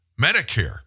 Medicare